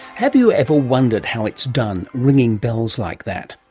have you ever wondered how it's done, ringing bells like that?